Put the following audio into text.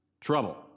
trouble